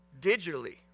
digitally